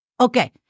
Okay